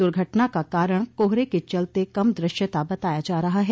दुर्घटना का कारण कोहरे के चलते कम दृश्यता बताया जा रहा है